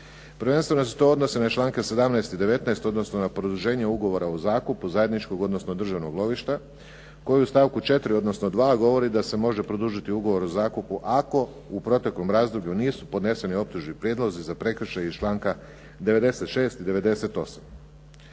Prvenstveno se to odnosi na članke 17. i 19., odnosno na produženje ugovora o zakupu zajedničkog, odnosno državnog lovišta koji u stavku 4., odnosno 2. govori da se može produžiti ugovor o zakupu ako u proteklom razdoblju nisu podneseni optužni prijedlozi za prekršaj iz članka 96. i 98.